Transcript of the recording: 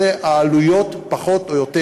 אלה העלויות היום פחות או יותר.